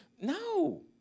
no